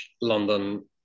London